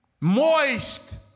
Moist